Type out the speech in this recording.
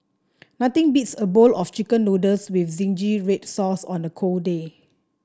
nothing beats a bowl of chicken noodles with zingy red sauce on a cold day